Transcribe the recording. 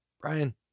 Brian